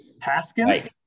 Haskins